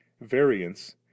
variance